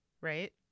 right